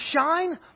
shine